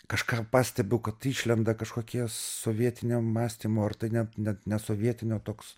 kažką pastebiu kad išlenda kažkokie sovietinio mąstymo ar tai net net nesovietinio toks